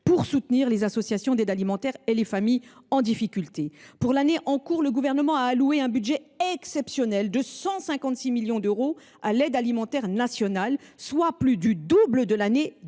pour soutenir les associations d’aide alimentaire et les familles en difficulté. Pour l’année en cours, le Gouvernement a alloué un budget exceptionnel de 156 millions d’euros à l’aide alimentaire nationale, soit plus du double par